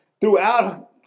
throughout